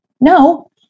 No